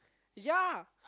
ya